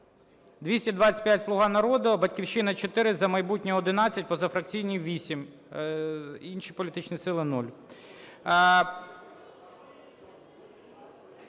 225 – "Слуга народу", "Батьківщина" – 4, "За майбутнє" – 11, позафракційні – 8, інші політичні сили –